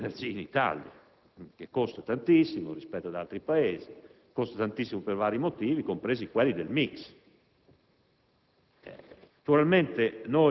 riguarda il tema dell'energia in Italia, che costa tantissimo rispetto ad altri Paesi. Il costo è alto per vari motivi, compresi quelli del *mix*.